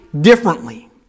differently